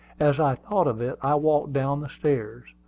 as i thought of it, i walked down the stairs.